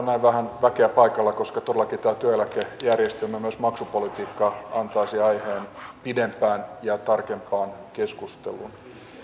näin vähän väkeä paikalla koska todellakin tämä työeläkejärjestelmä myös maksupolitiikka antaisi aiheen pidempään ja tarkempaan keskusteluun